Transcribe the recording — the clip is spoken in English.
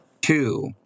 two